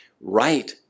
right